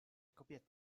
kobiety